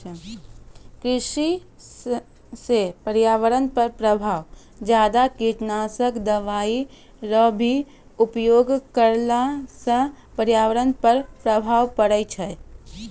कृषि से पर्यावरण पर प्रभाव ज्यादा कीटनाशक दवाई रो भी उपयोग करला से पर्यावरण पर प्रभाव पड़ै छै